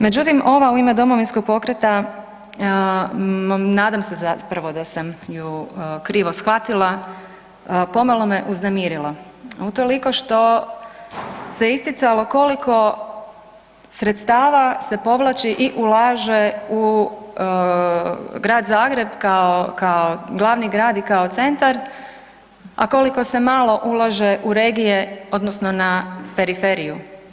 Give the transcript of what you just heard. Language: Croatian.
Međutim, ova u ime Domovinskog pokreta, nadam se zapravo da sam ju krivo shvatila, pomalo me uznemirila, utoliko što se isticalo koliko sredstava se povlači i ulaže u grad Zagreb kao glavni grad i kao centar, a koliko se malo ulaže u regije odnosno na periferiju.